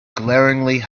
glaringly